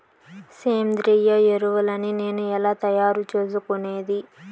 సేంద్రియ ఎరువులని నేను ఎలా తయారు చేసుకునేది?